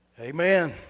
Amen